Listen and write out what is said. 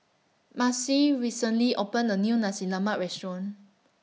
Marcy recently opened A New Nasi Lemak Restaurant